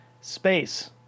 Space